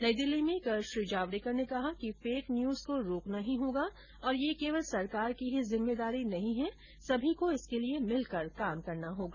नई दिल्ली में कल श्री जावड़ेकर ने कहा कि फेक न्यूज को रोकना ही होगा और यह केवल सरकार की ही जिम्मेदारी नहीं है सभी को इसके लिए मिलकर काम करना होगा